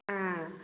ꯑꯥ